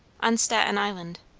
on staten island.